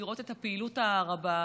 לראות את הפעילות הרבה,